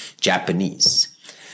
Japanese